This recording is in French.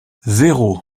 zéro